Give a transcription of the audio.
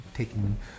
taking